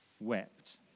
wept